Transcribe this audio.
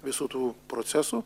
visų tų procesų